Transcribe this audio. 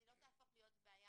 זה לא יהפוך לבעיה.